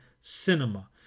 cinema